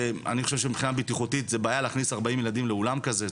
שאני חושב שמבחינה בטיחותית זו בעיה להכניס ארבעים ילדים לאולם כזה,